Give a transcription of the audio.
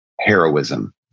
heroism